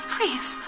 Please